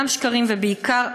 גם שקרים ובעיקר,